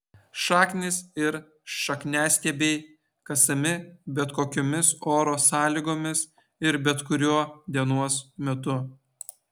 šaknys ir šakniastiebiai kasami bet kokiomis oro sąlygomis ir bet kuriuo dienos metu